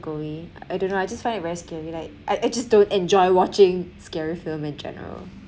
away I don't know I just find it very scary like I just don't enjoy watching scary film in general